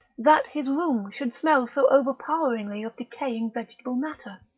that his room should smell so overpoweringly of decaying vegetable matter,